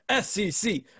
SEC